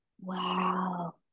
Wow